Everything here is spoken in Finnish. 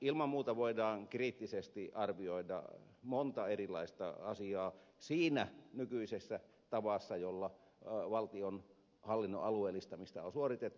ilman muuta voidaan kriittisesti arvioida monta erilaista asiaa siinä nykyisessä tavassa jolla valtionhallinnon alueellistamista on suoritettu